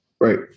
Right